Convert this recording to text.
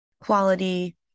quality